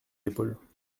épaules